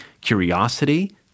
curiosity